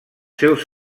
seus